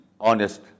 honest